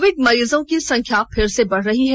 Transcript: Covid मरीजों की संख्या फिर से बढ़ रही है